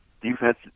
Defense